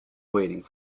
waiting